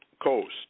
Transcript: coast